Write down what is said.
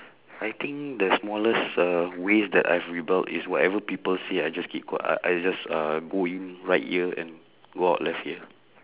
I think the smallest uh ways I have rebelled is whatever people say I just keep qui~ I I just go in right ear and go out left ear